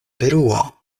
peruo